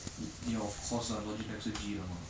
ya ya of course lah Logitech 是 G 的 mah